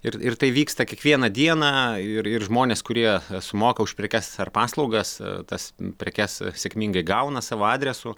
ir ir tai vyksta kiekvieną dieną ir ir žmonės kurie sumoka už prekes ar paslaugas tas prekes sėkmingai gauna savo adresu